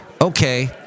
Okay